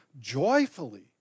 joyfully